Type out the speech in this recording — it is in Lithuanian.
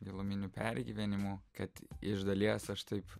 giluminių pergyvenimų kad iš dalies aš taip